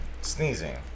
sneezing